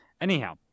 Anyhow